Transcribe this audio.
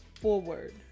forward